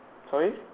sorry